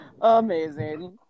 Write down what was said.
Amazing